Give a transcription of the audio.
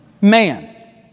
man